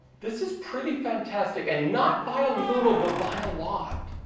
this is pretty fantastic and not by a little but by a lot.